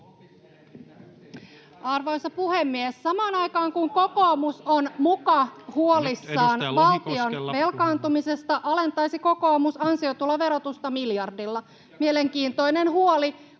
Arvoisa puhemies! Samaan aikaan, kun kokoomus on muka huolissaan valtion velkaantumisesta, alentaisi kokoomus ansiotuloverotusta miljardilla. Mielenkiintoinen huoli,